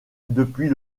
depuis